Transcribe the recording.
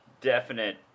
definite